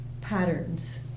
patterns